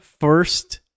first